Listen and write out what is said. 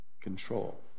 control